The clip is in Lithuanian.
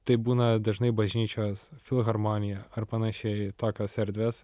tai būna dažnai bažnyčios filharmonija ar panašiai tokios erdvės